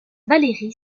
valery